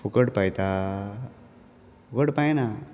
फुकट पायता फुकट पांना